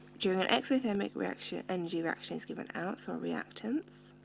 during an exothermic reaction, energy reaction is given out, so our reactants,